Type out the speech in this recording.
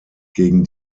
gegen